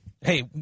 Hey